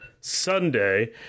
Sunday